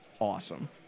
awesome